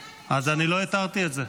--- אז אני לא התרתי את זה.